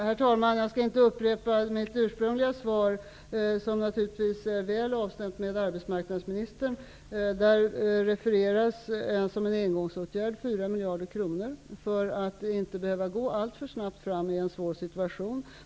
Herr talman! Jag skall inte upprepa mitt ursprungliga svar, som naturligtvis är väl avstämt med arbetsmarknadsministern. Där refereras till de 4 miljarder kronor som behövs som en engångsåtgärd för att vi inte skall behöva gå alltför snabbt fram i en svår situation.